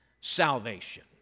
salvation